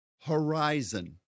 horizon